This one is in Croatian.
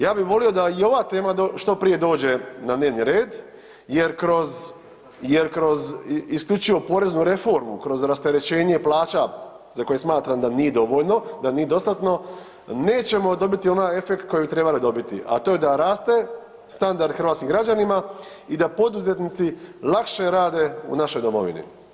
Ja bih volio da i ova tema što prije dođe na dnevni red jer kroz isključivo poreznu reformu, kroz rasterećenje plaća za koje smatram da nije dovoljno, da nije dostatno nećemo dobiti onaj efekt koji bi trebali dobiti, a to je da raste standard hrvatskim građanima i da poduzetnici lakše rade u našoj domovini.